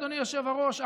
אדוני היושב-ראש,